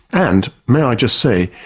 and may i just say,